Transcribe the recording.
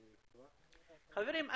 חברים,